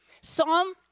Psalm